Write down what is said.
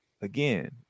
again